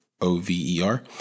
O-V-E-R